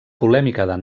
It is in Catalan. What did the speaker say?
polèmica